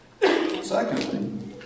Secondly